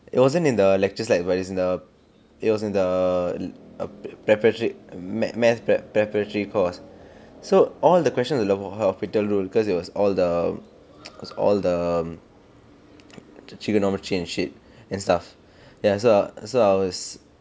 it wasn't in the lectures slide but it's in the it was in the preparatory maths maths prep preparatory course so all the question was about the hospital rule cause it was all the it was all the the trigonometry and shit and stuff then I was so I was